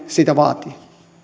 sitä vaatii